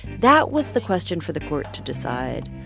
that was the question for the court to decide.